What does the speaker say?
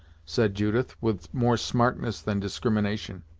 said judith with more smartness than discrimination.